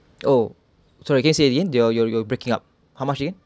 oh sorry again say again you're you're breaking up how much again